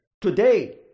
Today